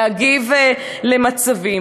להגיב על מצבים.